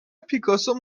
پیکاسو